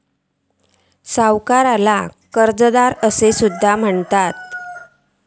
सावकाराक कर्जदार असा सुद्धा म्हणतत